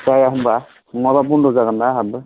जाय होनब नङाब बन्द' जागोन ना आंहाबो